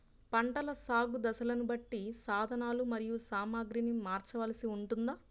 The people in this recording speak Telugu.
పంటల సాగు దశలను బట్టి సాధనలు మరియు సామాగ్రిని మార్చవలసి ఉంటుందా?